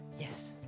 Yes